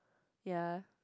ya